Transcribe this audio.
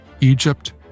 Egypt